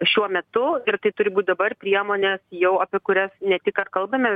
šiuo metu ir tai turi būt dabar priemonė jau apie kurias ne tik kad kalbame